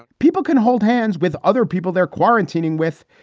people can hold hands with other people they're quarantining with.